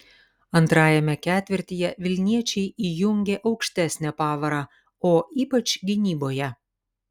antrajame ketvirtyje vilniečiai įjungė aukštesnę pavarą o ypač gynyboje